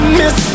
miss